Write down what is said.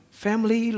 family